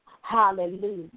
Hallelujah